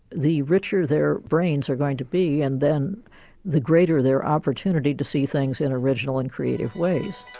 the richer their brains are going to be and then the greater their opportunity to see things in original and creative ways.